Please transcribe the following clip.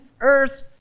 earth